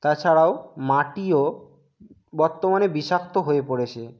তাছাড়াও মাটিও বর্তমানে বিষাক্ত হয়ে পড়েছে